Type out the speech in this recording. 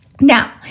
Now